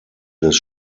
des